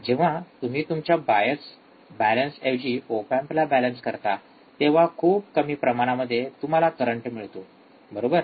जेव्हा तुम्ही तुमच्या बायस बॅलन्स ऐवजी ओप एम्पला बॅलन्स करता तेव्हा खूप कमी प्रमाणामध्ये तुम्हाला करंट मिळतो बरोबर